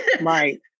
right